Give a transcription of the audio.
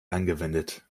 angewendet